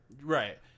Right